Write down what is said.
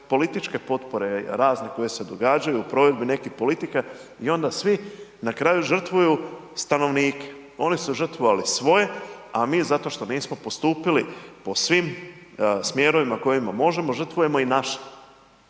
geopolitičke potpore tane koje se događaju u provedbi nekih politika i onda svi na kraju žrtvuju stanovnike, oni su žrtvovali svoje a mi zato što nismo postupili po svim smjerovima kojima možemo, žrtvujemo i naše.